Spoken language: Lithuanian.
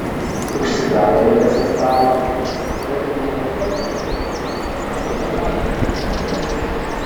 užsigavo vaikas į stalą vaikui mama papūtė o stalui pasakė niu niu niu